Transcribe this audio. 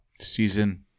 season